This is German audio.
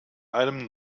einem